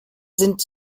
sind